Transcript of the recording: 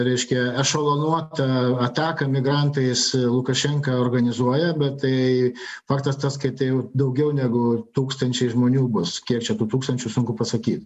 reiškia ešolonuotą ataką migrantais lukašenka organizuoja bet tai faktas tas kai tai jau daugiau negu tūkstančiai žmonių bus kiek čia tų tūkstančių sunku pasakyt